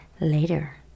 later